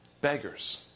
beggars